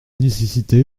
nécessité